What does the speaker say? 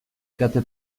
kate